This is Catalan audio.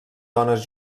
dones